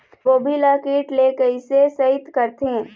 गोभी ल कीट ले कैसे सइत करथे?